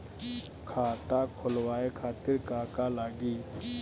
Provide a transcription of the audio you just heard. खाता खोलवाए खातिर का का लागी?